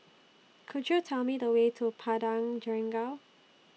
Could YOU Tell Me The Way to Padang Jeringau